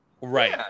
Right